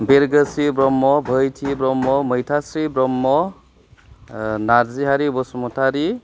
Birgwsri Brahma Bohaithi Brahma Maithasri Brahma Narjihari Basumatary